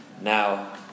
now